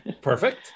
perfect